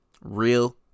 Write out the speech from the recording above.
real